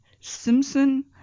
Simpson